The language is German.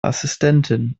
assistentin